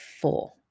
four